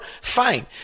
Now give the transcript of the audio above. Fine